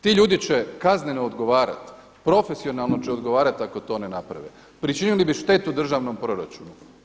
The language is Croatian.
Ti ljudi će kazneno odgovarati, profesionalno će odgovarati ako to ne naprave, pričinili bi štetu državnom proračunu.